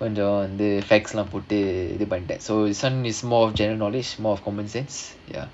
கொஞ்சம் வந்து இது பண்ணிட்டேன்:apdiyae adhae maadhiri pottu eluthi konjam vandhu idhu pannittaen so this [one] is more of general knowledge more of common sense ya